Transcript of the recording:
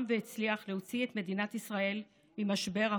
והצליח להוציא את מדינת ישראל ממשבר הקורונה.